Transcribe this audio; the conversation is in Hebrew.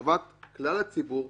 לטובת כלל הציבור,